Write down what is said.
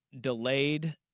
delayed